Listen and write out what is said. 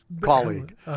colleague